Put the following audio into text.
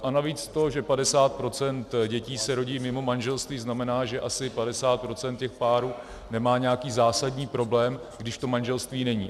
A navíc to, že 50 % dětí se rodí mimo manželství, znamená, že asi 50 % těch párů nemá nějaký zásadní problém, když to manželství není.